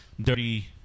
dirty